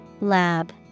Lab